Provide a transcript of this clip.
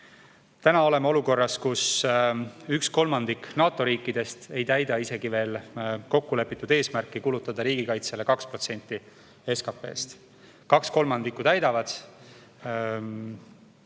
Täna oleme olukorras, kus üks kolmandik NATO riikidest ei täida isegi veel kokku lepitud eesmärki kulutada riigikaitsele 2% SKP-st. Kaks kolmandikku täidavad.